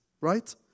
Right